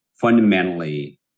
fundamentally